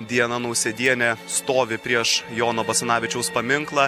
diana nausėdienė stovi prieš jono basanavičiaus paminklą